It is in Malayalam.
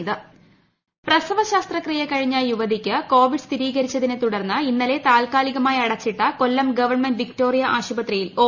വിഭാഗം പ്രസവ ശസ്ത്രക്രിയ കഴിഞ്ഞ യുവതിയ്ക്ക് കൊവിഡ് സ്ഥിരീകരിച്ചതിനെത്തുടർന്ന് ഇന്നലെ ത്യാത്കാലികമായി അടച്ചിട്ട കൊല്ലം ഗവൺമെൻറ് വിക്ടോറിയ ആശ്യുപ്പീതിയിൽ ഒ